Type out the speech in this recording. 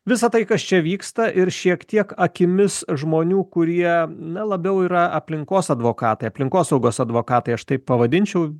visa tai kas čia vyksta ir šiek tiek akimis žmonių kurie na labiau yra aplinkos advokatai aplinkosaugos advokatai aš taip pavadinčiau